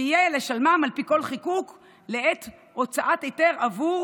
שיהא לשלמם על פי כל חיקוק לעת הוצאת היתר עבור